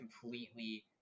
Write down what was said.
completely